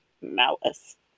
malice